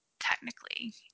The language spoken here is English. Technically